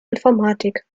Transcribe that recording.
informatik